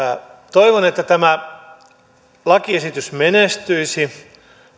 toivon että tämä lakiesitys menestyisi